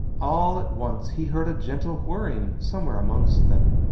all at once he heard a gentle whirring somewhere amongst them.